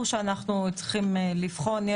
ברור שאנחנו צריכים לבחון את זה.